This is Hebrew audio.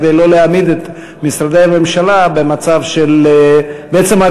כדי שלא להעמיד את משרדי הממשלה בעצם בעבירה